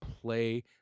play